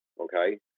okay